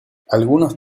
algunos